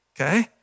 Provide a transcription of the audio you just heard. Okay